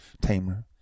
tamer